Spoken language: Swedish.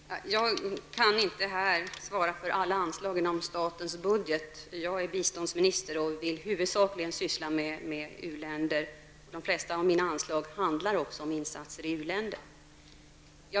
Herr talman! Jag kan inte här svara för alla anslag i statens budget. Jag är biståndsminister och vill syssla huvudsakligen med u-länder. De flesta av mina anslag handlar också om insatser i u-länder.